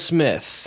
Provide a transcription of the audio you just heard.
Smith